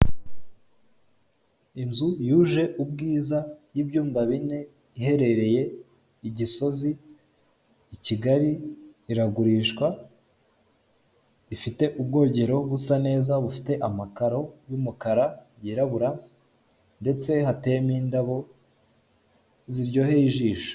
Inzu yuje ubwiza y'ibyumba bine iherereye igisozi i Kigali iragurishwa ifite ubwogero busa neza bufite amakaro y'umukara yirabura ndetse hateyemo indabo ziryoheye ijisho.